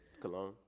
Cologne